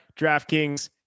DraftKings